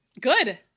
Good